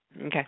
Okay